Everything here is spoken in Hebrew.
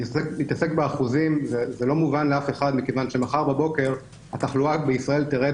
להתעסק באחוזים זה לא מובן לאף אחד מכיוון שמחר בבוקר התחלואה בישראל תרד